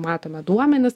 matome duomenis